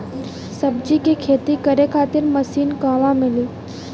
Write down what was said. सब्जी के खेती करे खातिर मशीन कहवा मिली?